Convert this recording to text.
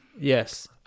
Yes